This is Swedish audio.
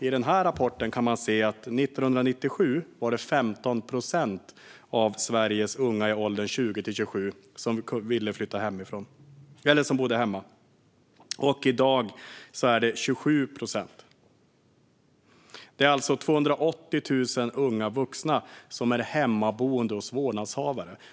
I rapporten kan man se att 1997 var det 15 procent av Sveriges unga i åldern 20-27 som bodde hemma. I dag är det 27 procent. Det är alltså 280 000 unga vuxna som är hemmaboende hos vårdnadshavare.